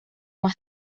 más